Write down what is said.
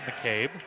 McCabe